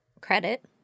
credit